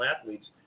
athletes